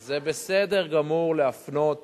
זה בסדר גמור להפנות